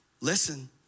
listen